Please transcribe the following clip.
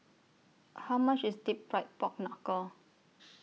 How much IS Deep Fried Pork Knuckle